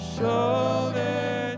Shoulder